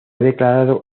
declarado